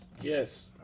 Yes